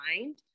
mind